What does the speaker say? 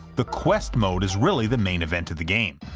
the quest mode is really the main event of the game.